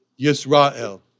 Yisrael